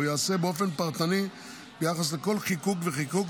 והוא ייעשה באופן פרטני ביחס לכל חיקוק וחיקוק,